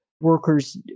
workers